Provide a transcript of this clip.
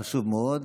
חשוב מאוד.